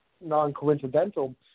non-coincidental